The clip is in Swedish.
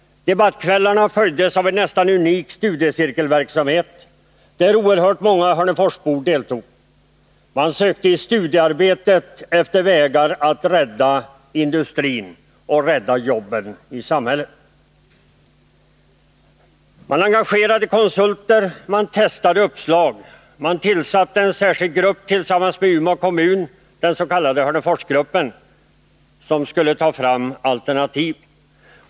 Debattkvällarna följdes av en nästan unik studiecirkelverksamhet, där oerhört många hörneforsbor deltog. Man sökte i studiearbetet efter vägar att rädda industrin och jobben i samhället. Man engagerade konsulter, man testade uppslag, man tillsatte tillsammans med Umeå kommun en särskild grupp — den s.k. Hörneforsgruppen — som skulle ta fram alternativ.